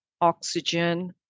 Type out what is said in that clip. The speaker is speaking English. oxygen